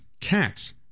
cats